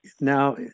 Now